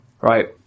right